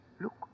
Look